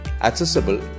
accessible